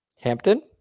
Hampton